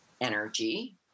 energy